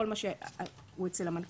כל מה שהוא אצל המנכ"ל,